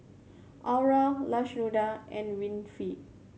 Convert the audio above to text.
Aura Lashunda and Winifred